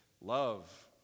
love